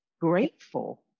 grateful